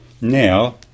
Now